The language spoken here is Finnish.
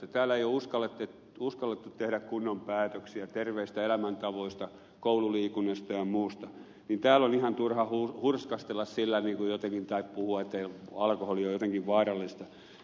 kun täällä ei ole uskallettu tehdä kunnon päätöksiä terveistä elämäntavoista koululiikunnasta ja muusta niin täällä on ihan turha hurskastella sillä jotenkin tai puhua että alkoholi on jotenkin vaarallista